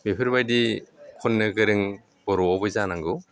बेफोरबायदि खननो गोरों बर'आवबो जानांगौ